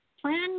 Plan